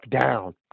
down